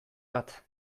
bat